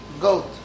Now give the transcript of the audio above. goat